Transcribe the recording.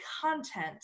content